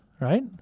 right